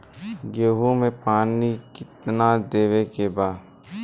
गेहूँ मे पानी कितनादेवे के बा?